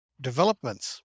developments